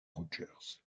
rogers